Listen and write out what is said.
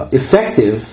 effective